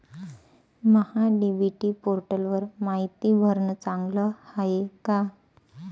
महा DBT पोर्टलवर मायती भरनं चांगलं हाये का?